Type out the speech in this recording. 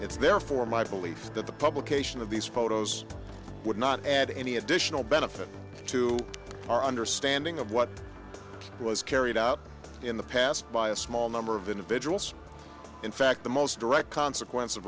it's there for my belief that the publication of these photos would not add any additional benefit to our understanding of what was carried out in the past by a small number of individuals in fact the most direct consequence of